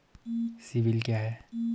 CIBIL क्या है?